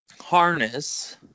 harness